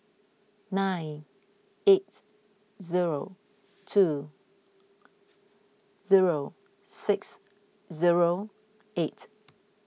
nine eight zero two zero six zero eight